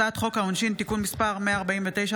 הצעת חוק העונשין (תיקון מס' 149),